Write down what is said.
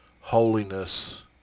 holiness